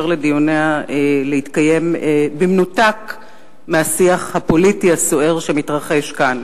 לדיוניה להתקיים במנותק מהשיח הפוליטי הסוער שמתרחש כאן.